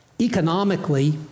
Economically